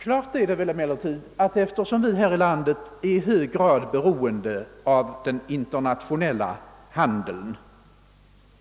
Klart är emellertid att eftersom vi här i landet är i hög grad beroende av den internationella handeln,